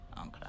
Okay